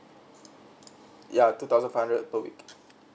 ya two thousand five hundred per week